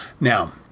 Now